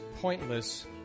pointless